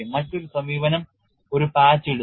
മറ്റൊരു സമീപനം ഒരു പാച്ച് ഇടുന്നു